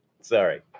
sorry